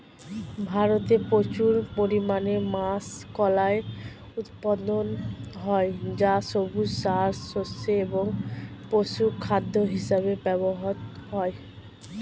ভারতে প্রচুর পরিমাণে মাষকলাই উৎপন্ন হয় যা সবুজ সার, শস্য এবং পশুখাদ্য হিসেবে ব্যবহৃত হয়